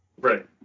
right